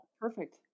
Perfect